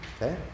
Okay